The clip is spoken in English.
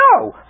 No